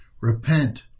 Repent